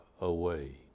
away